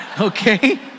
Okay